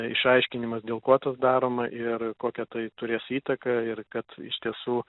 išaiškinimas dėl ko tas daroma ir kokią tai turės įtaką ir kad iš tiesų